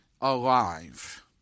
alive